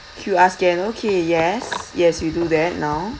Q_R scan okay yes yes we do that now